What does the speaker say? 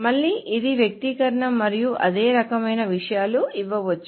మళ్లీ ఇది వ్యక్తీకరణ మరియు అదే రకమైన విషయాలు ఇవ్వవచ్చు